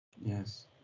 Yes